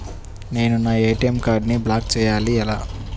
నేను నా ఏ.టీ.ఎం కార్డ్ను బ్లాక్ చేయాలి ఎలా?